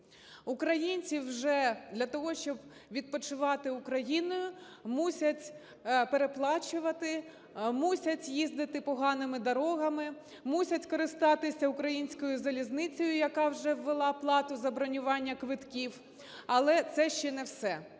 Українці вже для того, щоб відпочивати Україною, мусять переплачувати, мусять їздити поганими дорогами, мусять користатися українською залізницею, яка вже ввела плату за бронювання квитків. Але це ще не все.